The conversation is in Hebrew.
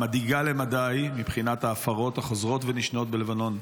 מדאיגה למדי מבחינת ההפרות החוזרות ונשנות של ההסכם בלבנון,